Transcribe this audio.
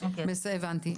בסדר אני הבנתי.